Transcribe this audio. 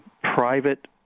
private